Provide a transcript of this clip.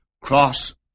cross